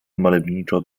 malowniczo